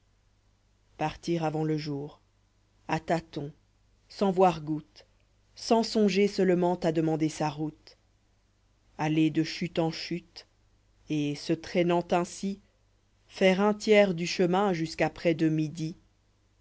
pahtir avant le jourj s tâtons sans voir goutte sans songer seulement à demander sa route aller de chute en chute et se traînant ainsi faire un tiers du chemin jusqu'à près de midi